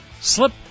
slip